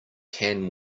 can